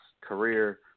career